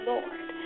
Lord